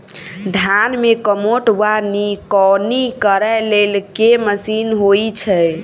धान मे कमोट वा निकौनी करै लेल केँ मशीन होइ छै?